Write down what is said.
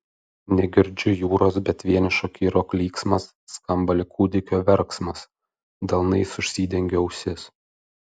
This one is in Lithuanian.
negirdžiu jūros bet vienišo kiro klyksmas skamba lyg kūdikio verksmas delnais užsidengiu ausis